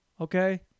okay